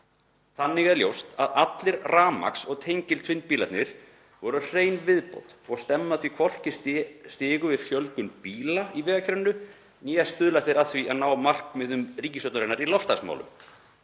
Þannig er ljóst að allir rafmagns- og tengiltvinnbílarnir voru hrein viðbót og stemma því hvorki stigu við fjölgun bíla í vegakerfinu né stuðla að því að ná markmiðum ríkisstjórnarinnar í loftslagsmálum.